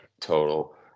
total